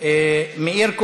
מיש הון,